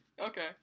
Okay